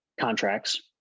contracts